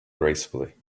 gracefully